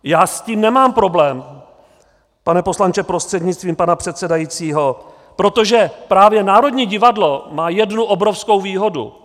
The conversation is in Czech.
Já s tím nemám problém, pane poslanče prostřednictvím pana předsedajícího, protože právě Národní divadlo má jednu obrovskou výhodu.